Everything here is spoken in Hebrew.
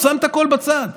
שם הכול בצד.